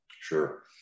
Sure